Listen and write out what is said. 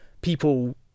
people